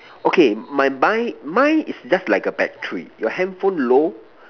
okay my mind mind is just like a battery your handphone low